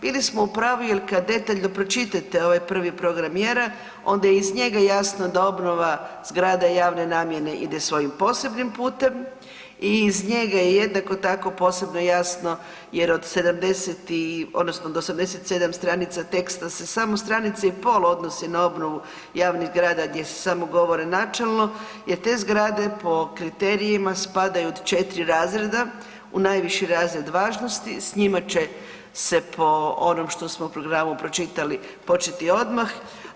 Bili smo u pravu jel kad detaljno pročitate ovaj prvi program mjera onda je iz njega jasno da obnova zgrada javne namjene ide svojim posebnim putem i iz njega je jednako tako posebno jasno jer od 70 i odnosno od 87 stranica teksta se samo stranica i pol odnosi na obnovu javnih zgrada gdje se samo govore načelno jer te zgrade po kriterijima spadaju u 4 razreda, u najviši razred važnosti, s njima će se po onom što smo u programu pročitali početi odmah.